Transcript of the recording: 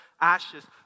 ashes